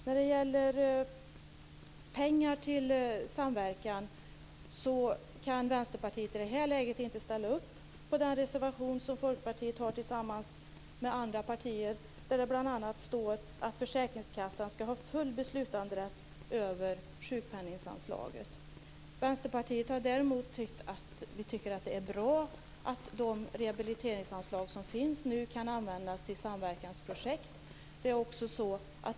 När det gäller pengar till samverkan kan Vänsterpartiet i det här läget inte ställa upp på den reservation som Folkpartiet har tillsammans med andra partier där det bl.a. står att försäkringskassan skall ha full beslutanderätt över sjukpenningsanslaget. Vänsterpartiet tycker däremot att det är bra att de rehabiliteringsanslag som finns nu kan användas till samverkansprojekt.